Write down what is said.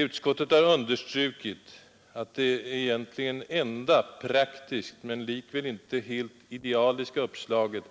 Utskottet har understrukit att det enda praktiska men likväl inte särskilt idealiska uppslaget